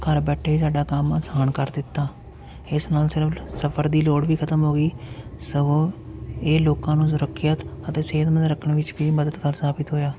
ਘਰ ਬੈਠੇ ਸਾਡਾ ਕੰਮ ਆਸਾਨ ਕਰ ਦਿੱਤਾ ਇਸ ਨਾਲ ਸਿਰਫ਼ ਸਫ਼ਰ ਦੀ ਲੋੜ ਵੀ ਖਤਮ ਹੋ ਗਈ ਸਗੋਂ ਇਹ ਲੋਕਾਂ ਨੂੰ ਸੁਰੱਖਿਅਤ ਅਤੇ ਸਿਹਤਮੰਦ ਰੱਖਣ ਵਿੱਚ ਵੀ ਮਦਦਗਾਰ ਸਾਬਿਤ ਹੋਇਆ